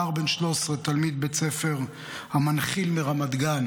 נער בן 13 תלמיד בית ספר המנחיל מרמת גן